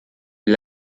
wir